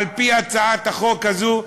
על-פי הצעת החוק הזו,